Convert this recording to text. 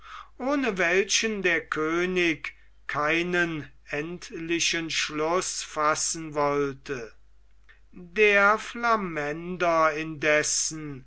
ohne welchen der könig keinen endlichen schluß fassen wollte der flamänder indessen